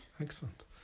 Excellent